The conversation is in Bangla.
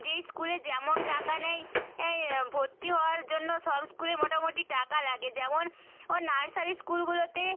যেই স্কুলে যেমন টাকা নেয় অ্যায় ভর্তি হওয়ার জন্য সব স্কুলেই মোটামুটি টাকা লাগে যেমন ও নার্সারি স্কুলগুলোতে